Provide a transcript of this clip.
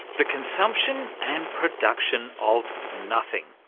the consumption and production of nothing.